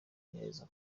neza